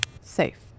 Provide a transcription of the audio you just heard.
Safe